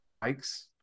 bikes